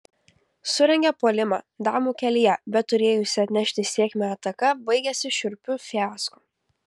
surengia puolimą damų kelyje bet turėjusi atnešti sėkmę ataka baigiasi šiurpiu fiasko